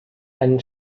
ein